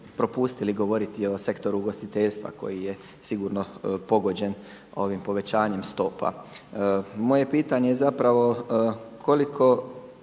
propustili govoriti o sektoru ugostiteljstva koji je sigurno pogođen ovim povećanjem stopa. Moje je pitanje zapravo koliko